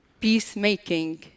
peacemaking